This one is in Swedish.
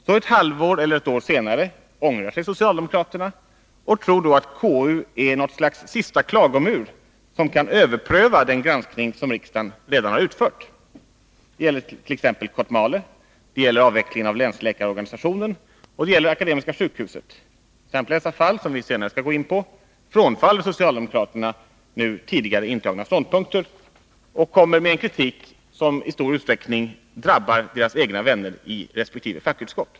Så ett halvår eller ett år senare ångrar sig socialdemokraterna och tror då att KU är något slags sista klagomur, där man kan överpröva den granskning som riksdagen redan har utfört. Det gäller t.ex. Kotmale, det gäller avvecklingen av länsläkarorganisationen och det gäller Akademiska sjukhuset. I samtliga dessa fall, som vi senare skall gå in på, frånfaller socialdemokraterna i KU nu tidigare intagna ståndpunkter och kommer med en kritik som i stor utsträckning drabbar deras egna partivänner i resp. fackutskott.